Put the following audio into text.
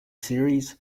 series